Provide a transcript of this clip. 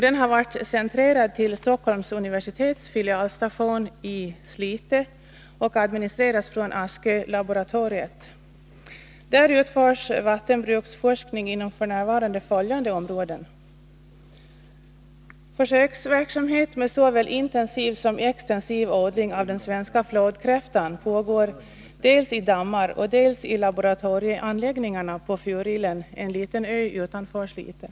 Den har varit centrerad till Stockholms universitets filialstation i Slite och administreras från Askölaboratoriet. Där utförs vattenbruksforskning inom f. n. följande områden: Försöksverksamhet med såväl intensiv som extensiv odling av den svenska flodkräftan pågår dels i dammar, dels i laboratorieanläggningarna på Furillen, en liten ö utanför Slite.